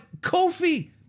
Kofi